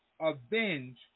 avenge